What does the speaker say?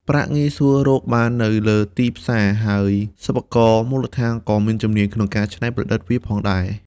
ប្រាក់ងាយស្រួលរកបាននៅលើទីផ្សារ ហើយសិប្បករមូលដ្ឋានក៏មានជំនាញក្នុងការច្នៃប្រឌិតវាផងដែរ។